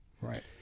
Right